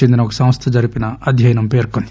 చెందిన ఒక సంస్థ జరిపిన అధ్యయనం పేర్కొంది